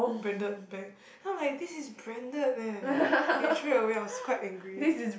branded bag then I was like this is branded leh and you threw it away I was quite angry